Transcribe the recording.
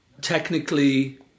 technically